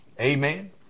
Amen